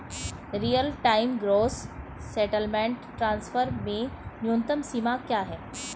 Real time gross settlement transfer में न्यूनतम सीमा क्या है?